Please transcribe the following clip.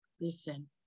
listen